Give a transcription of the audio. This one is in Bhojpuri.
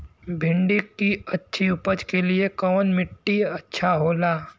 भिंडी की अच्छी उपज के लिए कवन मिट्टी अच्छा होला?